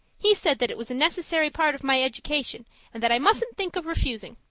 he said that it was a necessary part of my education and that i mustn't think of refusing.